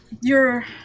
your-